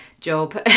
job